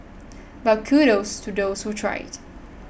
but kudos to those who tried